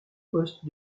poste